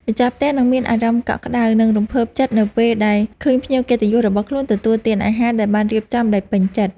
ម្ចាស់ផ្ទះនឹងមានអារម្មណ៍កក់ក្តៅ និងរំភើបចិត្តនៅពេលដែលឃើញភ្ញៀវកិត្តិយសរបស់ខ្លួនទទួលទានអាហារដែលបានរៀបចំដោយពេញចិត្ត។